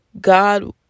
God